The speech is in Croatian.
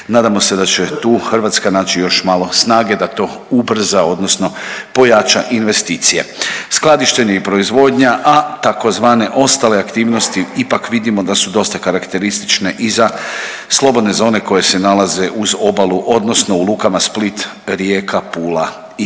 nadamo se da će tu Hrvatska naći još malo snage da to ubrza odnosno pojača investicije. Skladištenje i proizvodnja, a tzv. ostale aktivnosti ipak vidimo da su dosta karakterističke i za slobodne zone koje se nalaze uz obalu odnosno u lukama Split, Rijeka, Pula i Ploče.